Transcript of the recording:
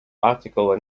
article